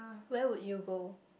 where would you go